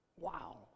Wow